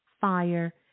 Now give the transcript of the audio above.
fire